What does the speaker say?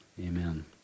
Amen